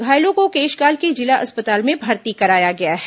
घायलों को केशकाल के जिला अस्पताल में भर्ती कराया गया है